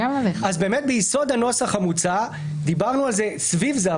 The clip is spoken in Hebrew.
באמת ביסוד הנוסח המוצע דיברנו על זה סביב זה,